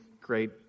great